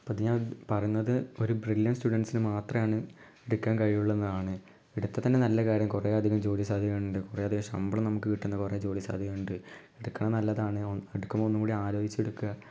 ഇപ്പം ഇത് ഞാൻ പറഞ്ഞത് ഒരു ബ്രില്ല്യൻറ്റ് സ്റ്റുഡൻസിന് മാത്രമാണ് എടുക്കാൻ കഴിയുവുള്ളന്നാണ് എടുത്താത്തന്നെ നല്ല കാര്യം കുറെ അധികം ജോലി സാധ്യതകളുണ്ട് കുറെ അധികം ശമ്പളം നമുക്ക് കിട്ടുന്ന കുറെ ജോലി സാധ്യതകളുണ്ട് ഇതക്കാണ് നല്ലതാണ് ഒ എടുക്കുമ്പോൾ ഒന്നും കൂടി ആലോചിസിച്ചെടുക്കുക